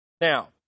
Now